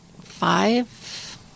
five